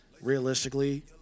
realistically